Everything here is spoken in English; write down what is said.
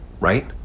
right